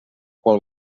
qual